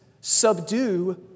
subdue